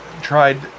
tried